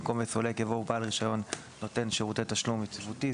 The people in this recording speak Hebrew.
במקום "וסולק" יבוא "ובעל רישיון נותן שירותי תשלום יציבותי".